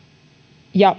ja